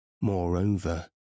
Moreover